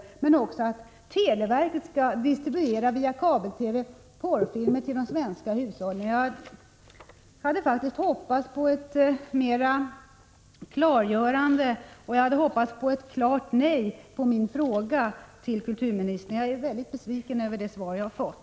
Men jag vill också reagera mot att televerket skall distribuera porrfilmer till de svenska hushållen. Jag hade faktiskt hoppats på ett klargörande från statsrådet Göransson. Jag hade hoppats på ett klart nej på min fråga till kulturministern. Jag är mycket besviken över det svar jag har fått.